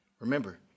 Remember